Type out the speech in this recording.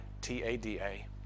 T-A-D-A